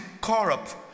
corrupt